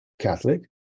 Catholic